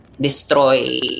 destroy